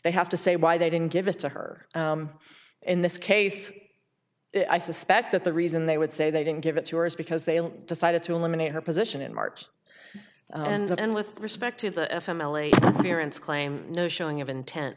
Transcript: they have to say why they didn't give it to her in this case i suspect that the reason they would say they didn't give it to her is because they decided to eliminate her position in march and that end with respect to the family parents claim no showing of intent